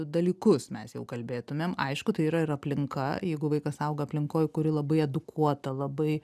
dalykus mes jau kalbėtumėm aišku tai yra ir aplinka jeigu vaikas auga aplinkoj kuri labai edukuota labai